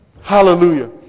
Hallelujah